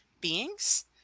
beings